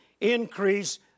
increase